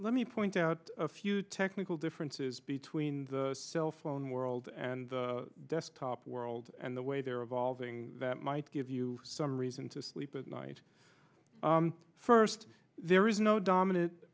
let me point out a few technical differences between the cell phone world and the desktop world and the way they're evolving that might give you some reason to sleep at night first there is no dominant